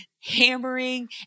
hammering